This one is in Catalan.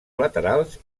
laterals